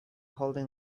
holding